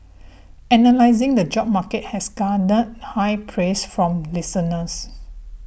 analysing the job market has garnered high praise from listeners